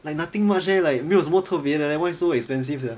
like nothing much eh like 没有什么特别的 leh why so expensive sia